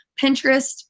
Pinterest